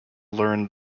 learn